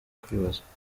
kwibaza